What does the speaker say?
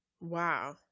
wow